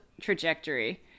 trajectory